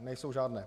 Nejsou žádné.